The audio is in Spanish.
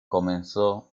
comenzó